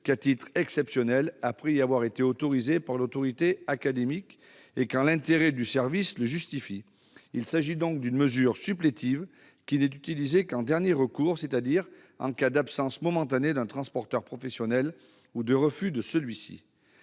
qu'à titre exceptionnel, après y avoir été autorisé par l'autorité académique et quand l'intérêt du service le justifie. Il s'agit donc d'une mesure supplétive qui n'est utilisée qu'en dernier recours, c'est-à-dire en cas d'absence momentanée d'un transporteur professionnel ou de refus de celui-ci.